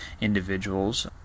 individuals